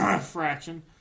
Fraction